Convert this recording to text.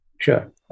sure